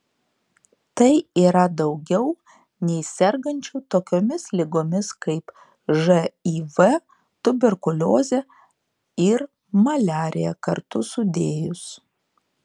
tai yra daugiau nei sergančių tokiomis ligomis kaip živ tuberkuliozė ir maliarija kartu sudėjus